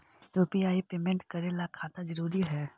UPI payment करे ला खाता जरूरी है?